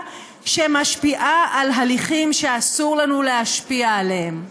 שמשפיעה על הליכים שאסור לנו להשפיע עליהם.